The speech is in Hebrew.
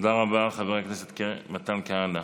תודה רבה, חבר הכנסת מתן כהנא.